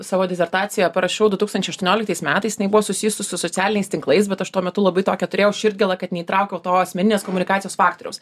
savo disertaciją parašiau du tūkstančiai aštuonioliktais metais jinai buvo susijusi su socialiniais tinklais bet aš tuo metu labai tokią turėjau širdgėlą kad neįtraukiau to asmeninės komunikacijos faktoriaus